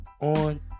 on